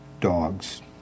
dogs